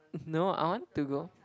no I want to go